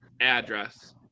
address